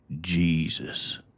Jesus